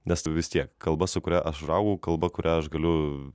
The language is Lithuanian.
nes vis tiek kalba su kuria aš užaugau kalba kurią aš galiu